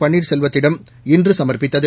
பள்ளீர்செல்வத்திடம் இன்று சமர்ப்பித்தது